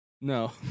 no